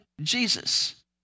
Jesus